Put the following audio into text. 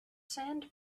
sand